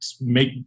make